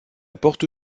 porte